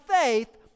faith